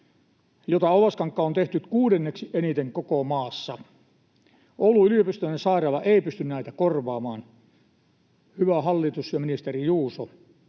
jota Oulaskankaalla on tehty kuudenneksi eniten koko maassa. Oulun yliopistollinen sairaala ei pysty näitä korvaamaan. Hyvä hallitus ja ministeri Juuso,